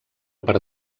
per